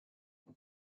they